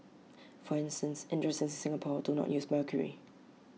for instance industries in Singapore do not use mercury